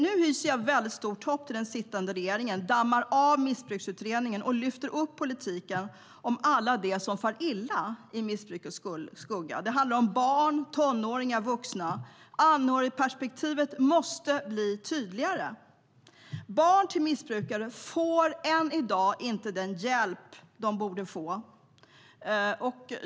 Nu hyser jag stort hopp till att den sittande regeringen dammar av Missbruksutredningen och lyfter upp politik om alla de som far illa i missbrukets skugga. Det handlar om barn, tonåringar och vuxna. Anhörigperspektivet måste bli tydligare. Barn till missbrukare får än i dag inte den hjälp som de borde få.